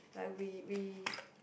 like we we